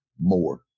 more